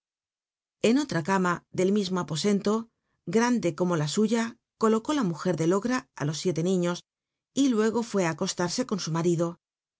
n otra cama dl l mismo apo cnlo grande como la u ya colore la mujer drl ogm á los siete niños y lul'go fué acostarse con u marido